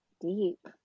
deep